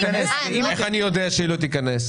איך אני יודע שהיא לא תיכנס?